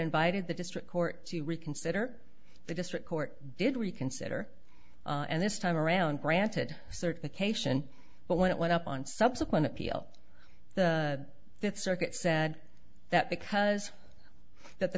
invited the district court to reconsider the district court did reconsider and this time around granted certification but when it went up on subsequent appeal the fifth circuit said that because of that the